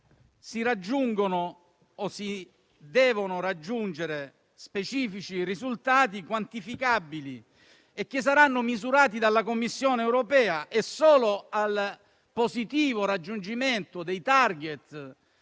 si raggiungono - o si devono raggiungere - specifici risultati quantificabili, che saranno misurati dalla Commissione europea, e solo al positivo raggiungimento dei *target*